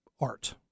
art